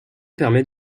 permet